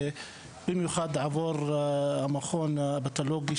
במיוחד עבור המכון הפתולוגי,